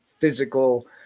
physical